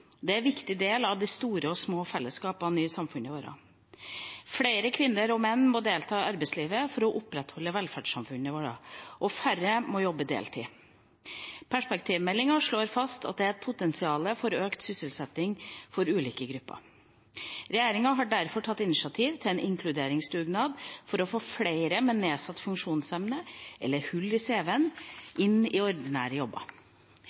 Det er viktig at de blir en del av store og små fellesskap i samfunnet vårt. Flere kvinner og menn må delta i arbeidslivet for å opprettholde velferdssamfunnet vårt, og færre må jobbe deltid. Perspektivmeldingen slår fast at det er et potensial for økt sysselsetting for ulike grupper. Regjeringa har derfor tatt initiativ til en inkluderingsdugnad for å få flere med nedsatt funksjonsevne eller hull i CV-en inn i ordinære jobber.